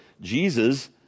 Jesus